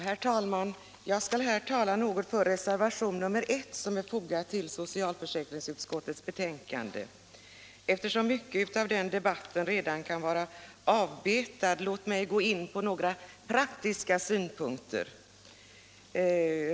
Herr talman! Jag skall här tala för reservationen I som är fogad vid betänkandet. Eftersom mycket av den debatten redan kan sägas vara avbetat skall jag gå in på några praktiska synpunkter.